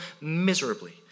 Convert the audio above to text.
miserably